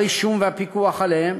רישומם והפיקוח עליהם